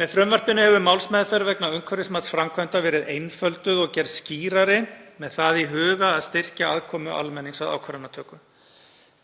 Með frumvarpinu hefur málsmeðferð vegna umhverfismats framkvæmda verið einfölduð og gerð skýrari með það í huga að styrkja aðkomu almennings að ákvarðanatöku.